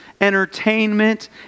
entertainment